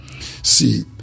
See